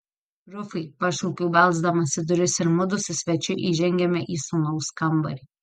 rufai pašaukiau belsdamas į duris ir mudu su svečiu įžengėme į sūnaus kambarį